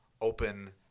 open